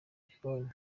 gikoni